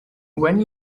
when